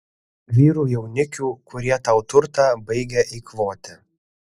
vyrų jaunikių kurie tau turtą baigia eikvoti